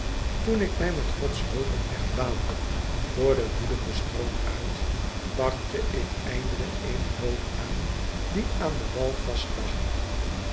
toen ik mij met gods hulp een weg baande voor den woedenden stroom uit pakte ik eindelijk eene boot aan die aan den wal vastlag